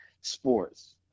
sports